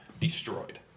destroyed